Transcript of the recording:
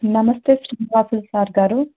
నమస్తే శ్రీనివాసులు సార్ గారు